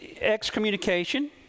Excommunication